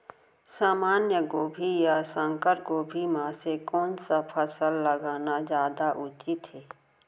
सामान्य गोभी या संकर गोभी म से कोन स फसल लगाना जादा उचित हे?